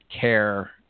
care